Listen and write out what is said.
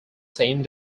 same